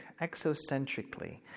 exocentrically